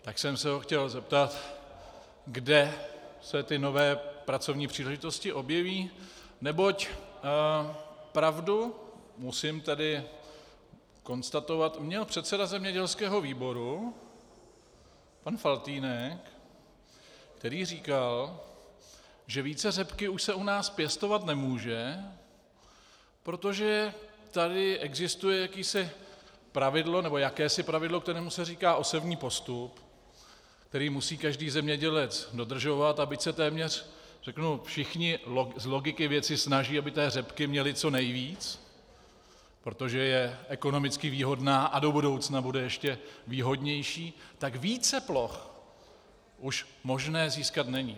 Tak jsem se ho chtěl zeptat, kde se nové pracovní příležitosti objeví, neboť pravdu, musím tedy konstatovat, měl předseda zemědělského výboru pan Faltýnek, který říkal, že více řepky už se u nás pěstovat nemůže, protože tady existuje jakési pravidlo, kterému se říká osevní postup, které musí každý zemědělec dodržovat, a byť se téměř, řeknu, všichni z logiky věci snaží, aby té řepky měli co nejvíc, protože je ekonomicky výhodná a do budoucna bude ještě výhodnější, tak více ploch už možné získat není.